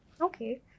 Okay